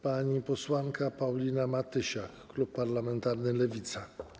Pani posłanka Paulina Matysiak, klub parlamentarny Lewica.